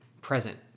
present